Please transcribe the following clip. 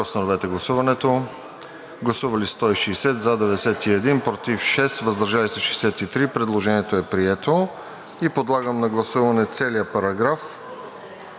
Предложението е прието.